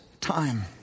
time